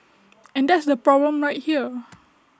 and that's the problem right there